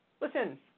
Listen